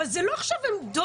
אבל זה לא עכשיו עמדות.